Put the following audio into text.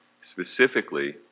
Specifically